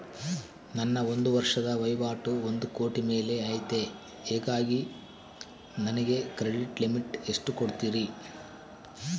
ನನ್ನ ಒಂದು ವರ್ಷದ ವಹಿವಾಟು ಒಂದು ಕೋಟಿ ಮೇಲೆ ಐತೆ ಹೇಗಾಗಿ ನನಗೆ ಕ್ರೆಡಿಟ್ ಲಿಮಿಟ್ ಎಷ್ಟು ಕೊಡ್ತೇರಿ?